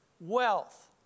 Wealth